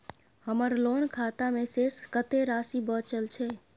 हमर लोन खाता मे शेस कत्ते राशि बचल छै?